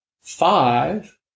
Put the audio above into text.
Five